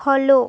follow